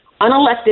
unelected